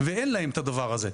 ואין להם את הדבר הזה.